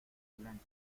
silencio